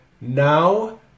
now